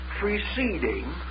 preceding